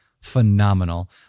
phenomenal